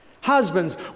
Husbands